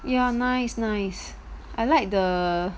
ya nice nice I like the